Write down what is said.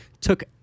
took